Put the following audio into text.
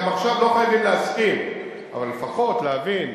גם עכשיו לא חייבים להסכים, אבל לפחות להבין,